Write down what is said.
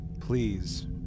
Please